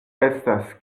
estas